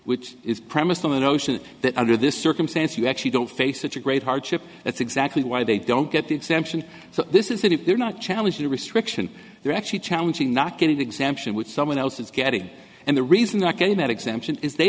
which is premised on the notion that under this circumstance you actually don't face such a great hardship that's exactly why they don't get the exemption so this is if they're not challenging the restriction they're actually challenging not get exemption with someone else is getting and the reason that getting that exemption is they